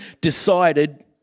decided